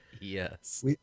Yes